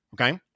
okay